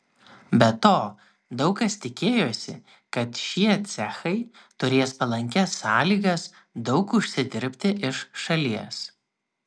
be to daug kas tikėjosi kad šie cechai turės palankias sąlygas daug užsidirbti iš šalies